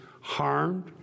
harmed